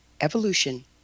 evolution